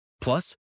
Plus